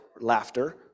laughter